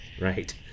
Right